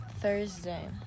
thursday